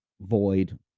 void